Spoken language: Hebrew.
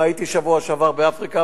הייתי בשבוע שעבר באפריקה,